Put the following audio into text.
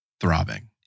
throbbing